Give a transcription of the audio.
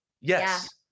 Yes